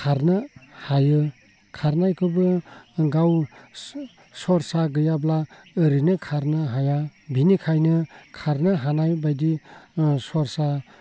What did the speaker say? खारनो हायो खारनायखोबो गाव सरसा गैयाब्ला ओरैनो खारनो हाया बिनिखायनो खारनो हानाय बायदि सरसाफोरखौ